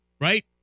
right